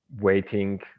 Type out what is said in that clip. waiting